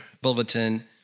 bulletin